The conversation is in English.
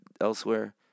elsewhere